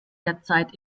derzeit